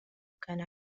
كان